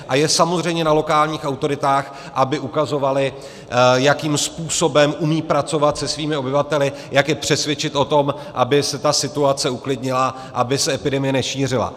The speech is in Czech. A je samozřejmě na lokálních autoritách, aby ukazovaly, jakým způsobem umí pracovat se svými obyvateli, jak je přesvědčit o tom, aby se ta situace uklidnila, aby se epidemie nešířila.